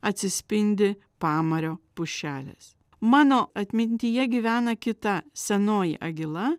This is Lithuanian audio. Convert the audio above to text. atsispindi pamario pušelės mano atmintyje gyvena kita senoji agila